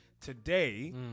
Today